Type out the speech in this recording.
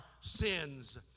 sins